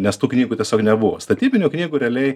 nes tų knygų tiesiog nebuvo statybinių knygų realiai